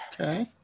Okay